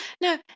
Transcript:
No